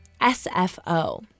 S-F-O